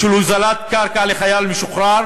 על הוזלת קרקע לחייל משוחרר